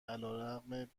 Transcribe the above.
علیرغم